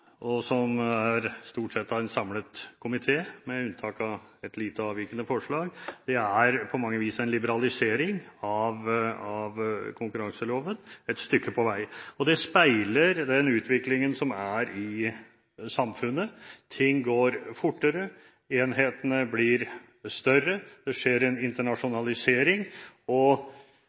stort sett av en samlet komité, med unntak av et lite, avvikende forslag – er på mange vis en liberalisering av konkurranseloven, et stykke på vei. Det speiler den utviklingen som er i samfunnet. Ting går fortere, enhetene blir større, det skjer en internasjonalisering, og